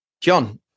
John